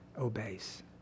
obeys